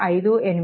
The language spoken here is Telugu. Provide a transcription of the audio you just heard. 58 10